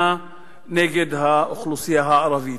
נגד האוכלוסייה הערבית.